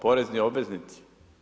Porezni obveznici?